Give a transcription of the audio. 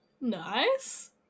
nice